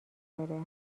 داره